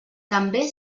també